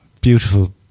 beautiful